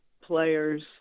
players